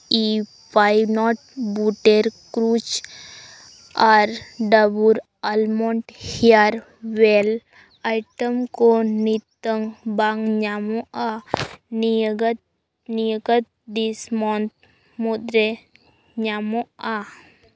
E peanut butter ᱠᱨᱩᱡᱽ ᱟᱨ Dabur almond hair oil item ᱠᱚ ᱱᱤᱛᱚᱝ ᱵᱟᱝ ᱧᱟᱢᱚᱜᱼᱟ ᱱᱤᱭᱟᱹᱜᱟᱛ ᱱᱤᱭᱟᱹᱜᱟᱛ ᱫᱤᱥᱢᱚᱱᱛᱷ ᱢᱩᱫᱽ ᱨᱮ ᱧᱟᱢᱚᱜᱼᱟ